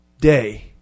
day